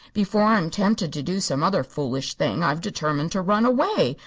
before i'm tempted to do some-other foolish thing i've determined to run away,